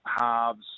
halves